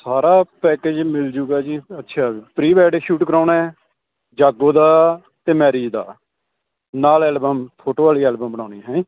ਸਾਰਾ ਪੈਕੇਜ ਮਿਲ ਜਾਊਗਾ ਜੀ ਅੱਛਾ ਪਰੀ ਵੈਡਿੰਗ ਸ਼ੂਟ ਕਰਾਉਣਾ ਜਾਗੋ ਦਾ ਅਤੇ ਮੈਰਿਜ ਦਾ ਨਾਲ ਐਲਬਮ ਫੋਟੋ ਵਾਲੀ ਐਲਬਮ ਬਣਾਉਣੀ ਹੈ ਹੈਂਜੀ